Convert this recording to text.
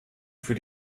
für